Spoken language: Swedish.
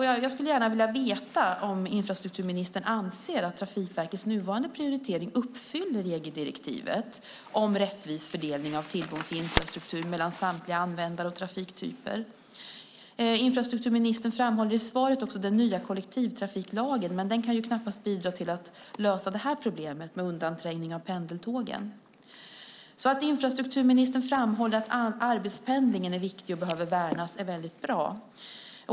Jag skulle gärna vilja veta om infrastrukturministern anser att Trafikverkets nuvarande prioritering uppfyller EG-direktivet om rättvis fördelning av tillgång till infrastruktur mellan samtliga användare och trafiktyper. Infrastrukturministern lyfter i svaret fram den nya kollektivtrafiklagen. Den kan dock knappast bidra till att lösa problemet med undanträngning av pendeltågen. Att infrastrukturministern framhåller att arbetspendlingen är viktig och behöver värnas är bra.